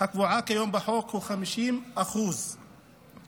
הקבועה כיום בחוק היא 50% מהסכום,